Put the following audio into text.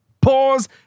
pause